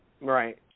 Right